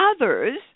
others